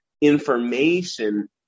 information